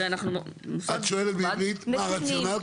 הרי אנחנו --- את שואלת בעברית מה הרציונל,